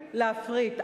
להפריט, להפריט.